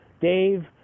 Dave